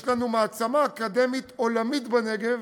יש לנו מעצמה אקדמית עולמית בנגב,